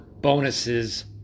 bonuses